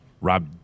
Rob